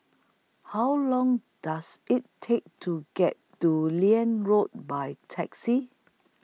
How Long Does IT Take to get to Liane Road By Taxi